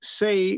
say